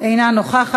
אינה נוכחת.